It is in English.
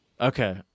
Okay